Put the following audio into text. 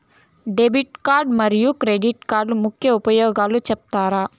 Debit card మరియు credit కార్డుల ముఖ్య ఉపయోగాలు సెప్తారా?